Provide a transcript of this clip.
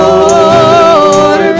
Lord